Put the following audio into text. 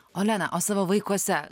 olena o savo vaikuose